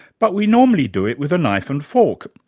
but we normally do it with a knife and fork.